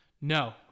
No